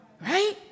Right